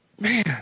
man